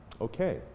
Okay